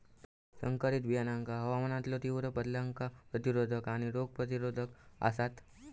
संकरित बियाणा हवामानातलो तीव्र बदलांका प्रतिरोधक आणि रोग प्रतिरोधक आसात